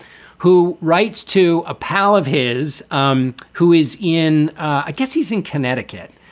who writes to a pal of his um who is in i guess he's in connecticut